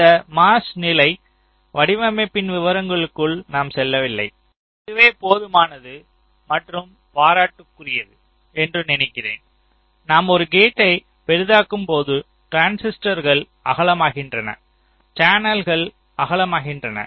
இந்த MOS நிலை வடிவமைப்பின் விவரங்களுக்குள் நாம் செல்லவில்லை இதுவே போதுமானது மற்றும் பாராட்டுக்குரியது என்று நினைக்கிறேன் நாம் ஒரு கேட்டை பெரிதாக்கும்போது டிரான்சிஸ்டர்கள் அகலமாக்கின்றன சேனல்கள் அகலமாகின்றன